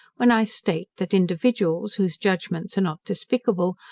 when i state, that individuals, whose judgements are not despicable,